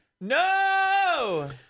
No